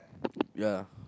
ya